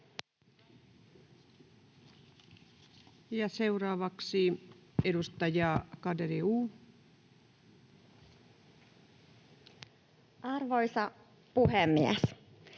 seuraavaksi edustaja Garedew. Arvoisa puhemies!